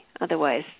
Otherwise